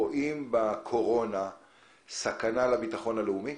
רואים בקורונה סכנה לביטחון הלאומי?